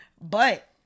but-